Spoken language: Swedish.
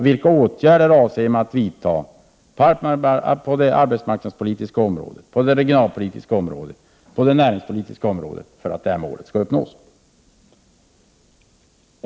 Vilka åtgärder avser man att vidta på det arbetsmarknadspolitiska, det regionalpolitiska och det näringspolitiska området för att detta mål skall uppnås?